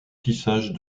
tissage